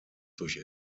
durch